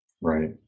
right